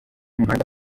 umuhanda